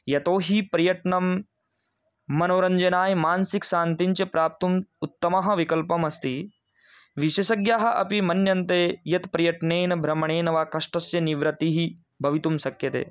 यतोहि प्रयत्नं मनोरञ्जनाय मानसिकशान्तिञ्च प्राप्तुम् उत्तमः विकल्पम् अस्ति विशेषज्ञाः अपि मन्यन्ते यत् प्रयत्नेन भ्रमणेन वा कष्टस्य निवृत्तिः भवितुं शक्यते